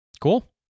Cool